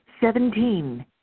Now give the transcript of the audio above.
Seventeen